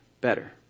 better